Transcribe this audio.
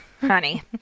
honey